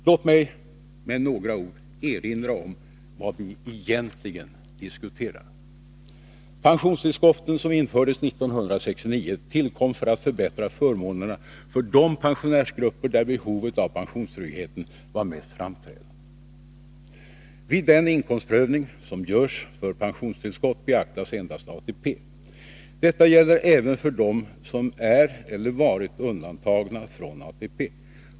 Låt mig med några ord erinra om vad vi egentligen diskuterar. Pensionstillskotten, som infördes 1969, tillkom för att förbättra förmånerna för de pensionärsgrupper där behovet av pensionstryggheten var mest framträdande. Vid den inkomstprövning som görs för pensionstillskott beaktas endast ATP. Detta gäller även för dem som är eller varit undantagna från ATP.